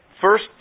first